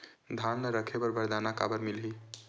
धान ल रखे बर बारदाना काबर मिलही?